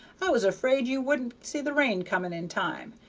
i was afraid you wouldn't see the rain coming in time,